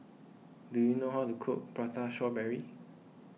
do you know how to cook Prata Strawberry